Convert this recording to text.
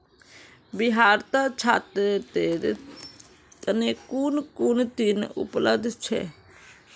बिहारत छात्रेर तने कुन कुन ऋण उपलब्ध छे